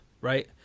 right